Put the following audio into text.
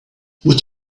would